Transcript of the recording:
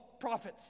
prophets